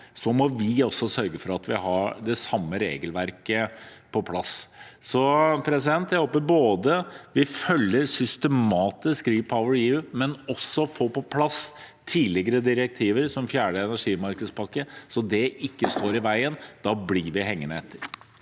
må vi også sørge for at vi har det samme regelverket på plass. Jeg håper at vi følger REPowerEU systematisk, men også får på plass tidligere direktiver, som fjerde energimarkedspakke, så det ikke står i veien. Da blir vi hengende etter.